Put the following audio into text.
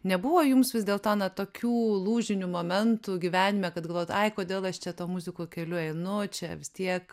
nebuvo jums vis dėlto na tokių lūžinių momentų gyvenime kad galvojot ai kodėl aš čia to muziko keliu einu čia vis tiek